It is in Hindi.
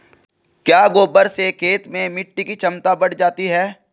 क्या गोबर से खेत में मिटी की क्षमता बढ़ जाती है?